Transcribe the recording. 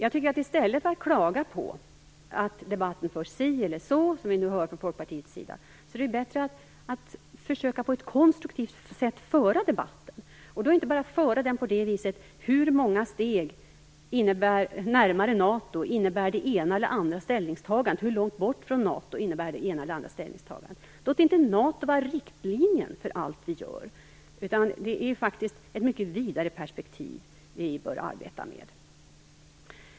I stället för att framföra klagomål över att debatten förs si eller så, som vi nu hört från Folkpartiets sida, är det bättre att försöka att föra debatten på ett konstruktivt sätt. Man skall då inte bara se på hur många steg närmare eller bort från NATO det ena eller andra ställningstagandet för oss. Låt inte NATO vara utgångspunkten för allt vi gör. Vi bör arbeta med ett mycket vidare perspektiv.